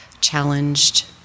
challenged